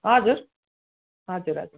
हजुर हजुर हजुर